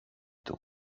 του